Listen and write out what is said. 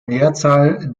mehrzahl